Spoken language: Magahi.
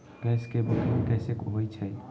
गैस के बुकिंग कैसे होईछई?